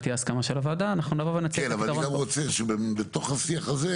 תהיה הסכמה של הוועדה אנחנו נבוא ונציע את הפתרון.